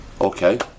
Okay